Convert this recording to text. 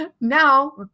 now